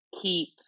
keep